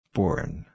Born